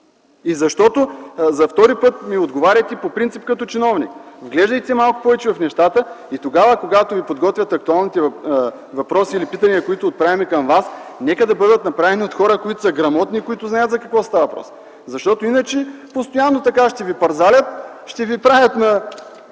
и защото за втори път ми отговаряте по принцип като чиновник. Вглеждайте се малко повече в нещата и тогава, когато Ви подготвят актуалните въпроси или питания, които оправяме към Вас, нека да бъдат направени от хора, които са грамотни и които знаят за какво става въпрос. Защото иначе постоянно ще Ви пързалят, ще Ви правят на